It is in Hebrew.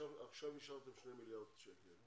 עכשיו אישרתם שני מיליארד שקלים.